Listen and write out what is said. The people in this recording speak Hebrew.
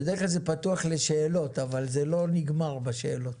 בדרך כלל זה פתוח לשאלות אבל זה לא נגמר בשאלות,